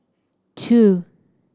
two